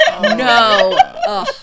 No